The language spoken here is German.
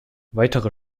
weitere